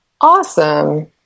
Awesome